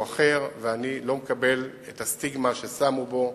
אחר ואני לא מקבל את הסטיגמה ששמו בו,